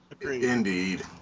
Indeed